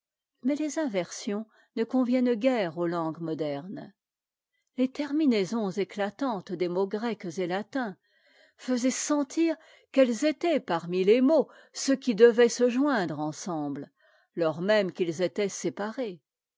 mais les inversions ne conviennent guère aux langues modernes les terminaisons éclatantes des mots grecs et latins faisaient sentir quels étaient parmi les mots ceux qui devaient se joindre ensemble lors même qu'ils étaient séparés